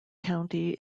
county